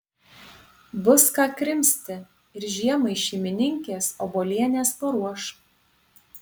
bus ką krimsti ir žiemai šeimininkės obuolienės paruoš